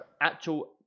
actual